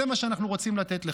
זה מה שאנחנו רוצים לתת לך.